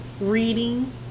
Reading